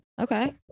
Okay